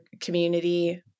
community